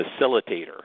facilitator